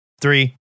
three